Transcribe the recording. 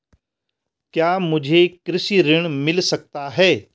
क्या मुझे कृषि ऋण मिल सकता है?